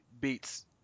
beats